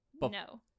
No